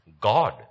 God